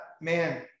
man